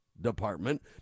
department